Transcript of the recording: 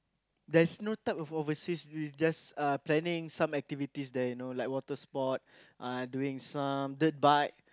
there's no type of overseas just uh planning some activities there you know like water sport uh doing some dirt bike